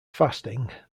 fasting